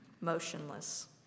motionless